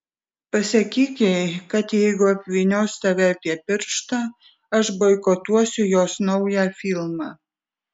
pasakyk jai kad jeigu apvynios tave apie pirštą aš boikotuosiu jos naują filmą